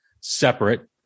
separate